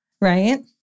Right